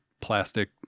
plastic